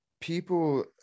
people